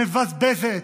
מבזבזת.